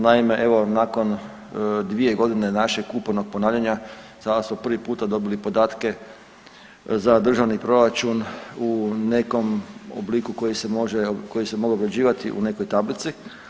Naime, evo nakon dvije godine našeg upornog ponavljanja sada smo prvi puta dobili podatke za državni proračun u nekom obliku koji se mogao obrađivati u nekoj tablici.